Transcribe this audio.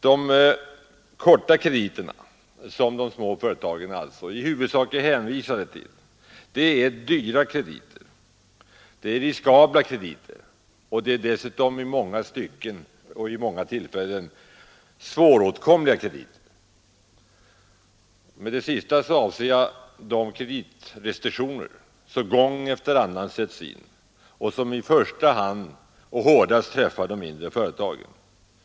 De korta krediterna, som de små företagen i huvudsak är hänvisade till, är dyra och riskabla och vid många tillfällen svåråtkomliga krediter. Med det sista avser jag de kreditrestiktioner som gång efter annan sätts in och som i första hand och hårdast träffar de mindre företagen.